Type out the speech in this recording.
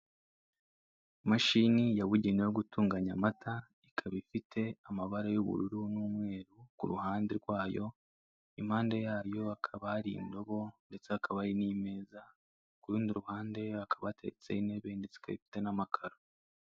Imashini yabugenewe yo gutunganya amata, ikaba ifite amabara y'ubururu n'umweru kuruhande rwayo, impande yayo hakaba hari indobo ndetse hakaba hari n'imeza, kurundi ruhande hakaba hateretseho intebe ndetse ikaba ifite n'amakaro.